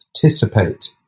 participate